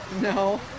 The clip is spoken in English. no